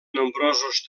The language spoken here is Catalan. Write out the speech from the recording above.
nombrosos